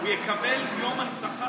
יקבל יום הנצחה?